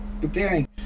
preparing